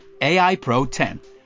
AIPRO10